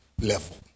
level